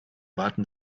warten